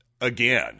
again